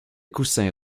coussins